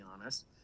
honest